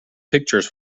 pictures